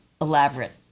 elaborate